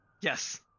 Yes